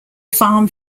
farm